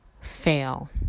fail